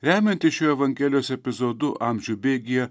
remiantis šiuo evangelijos epizodu amžių bėgyje